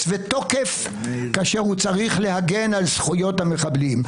ותוקף כאשר צריך להגן על זכויות המחבלים.